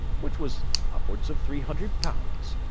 which was upwards of three hundred pounds,